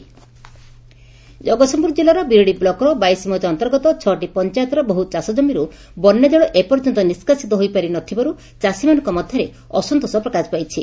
ଫସଲ ଜଗତସିଂହପୁର ଜିଲ୍ଲାର ବିରିଡ଼ି ବ୍ଲକର ବାଇଶିମୌଜା ଅନ୍ତର୍ଗତ ଛଅଟି ପଞାୟତର ବହୁ ଚାଷଜମିରୁ ବନ୍ୟାଜଳ ଏପର୍ଯ୍ୟନ୍ତ ନିଷାସିତ ହୋଇପାରି ନଥିବାରୁ ଚାଷୀମାନଙ୍କ ମଧ୍ଧରେ ଅସନ୍ତୋଷ ପ୍ରକାଶ ପାଇଛି